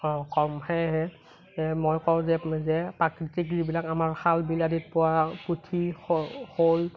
কম সেয়েহে মই কওঁ যে যে প্ৰাকৃতিক যিবিলাক আমাৰ খাল বিল আদিত পোৱা পুঠি শ শ'ল